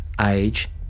age